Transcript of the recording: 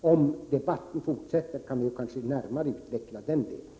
Om debatten fortsätter kanske vi kan utveckla den delen närmare.